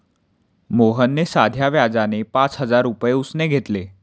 मोहनने साध्या व्याजाने पाच हजार रुपये उसने घेतले